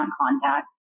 contact